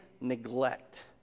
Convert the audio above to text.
neglect